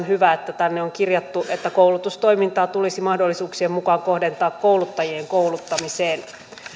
hyvä että tänne on kirjattu että koulutustoimintaa tulisi mahdollisuuksien mukaan kohdentaa kouluttajien kouluttamiseen